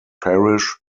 parish